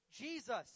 Jesus